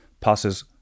passes